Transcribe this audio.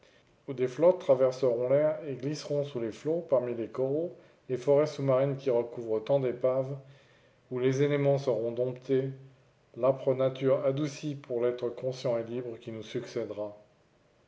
où des flottes traverseront l'air et glisseront sous les flots parmi les coraux les forêts sous-marines qui recouvrent tant d'épaves où les éléments seront domptés l'âpre nature adoucie pour l'être conscient et libre qui nous succédera